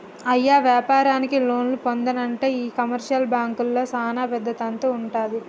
అయ్య వ్యాపారానికి లోన్లు పొందానంటే ఈ కమర్షియల్ బాంకుల్లో సానా పెద్ద తంతు వుంటది